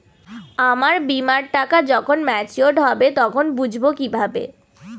আমার বীমার টাকা যখন মেচিওড হবে তখন বুঝবো কিভাবে?